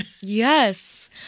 Yes